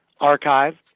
archive